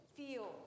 feel